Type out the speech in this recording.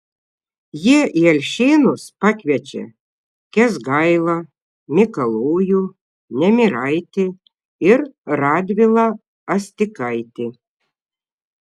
jie į alšėnus pakviečia kęsgailą mikalojų nemiraitį ir radvilą astikaitį